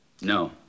No